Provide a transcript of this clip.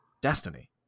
destiny